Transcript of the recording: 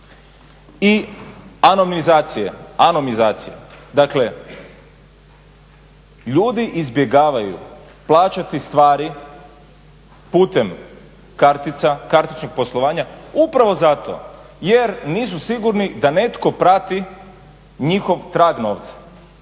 i alomizacija, dakle ljudi izbjegavaju plaćati stvari putem kartica, kartičnog poslovanja upravo zato jer nisu sigurni da netko prati njihov trag novca.